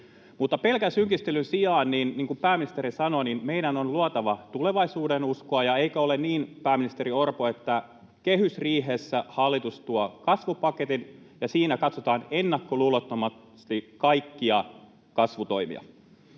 Pelkän synkistelyn sijaan, niin kuin pääministeri sanoi, meidän on luotava tulevaisuudenuskoa, ja eikö ole niin, pääministeri Orpo, että kehysriihessä hallitus tuo kasvupaketin ja siinä katsotaan ennakkoluulottomasti kaikkia kasvutoimia?